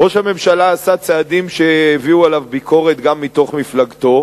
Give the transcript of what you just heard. ראש הממשלה עשה צעדים שהביאו עליו ביקורת גם מתוך מפלגתו,